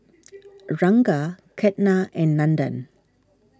Ranga Ketna and Nandan